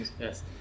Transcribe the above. Yes